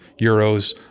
euros